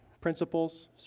Principles